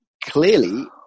Clearly